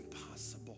impossible